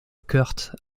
kurt